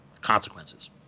consequences